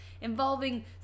involving